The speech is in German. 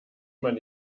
man